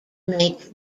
make